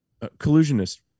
collusionist